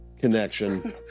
connection